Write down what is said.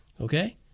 okay